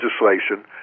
legislation